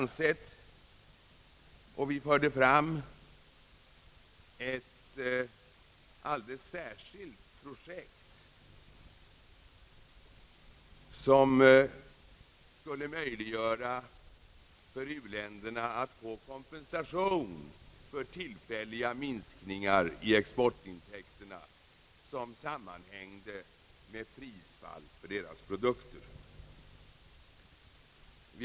Vi förde fram ett alldeles särskilt projekt som skulle möjliggöra att u-länderna får kompensation för tillfälliga minskningar i exportintäkterna, som sammanhänger med prisfall på deras produkter.